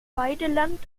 weideland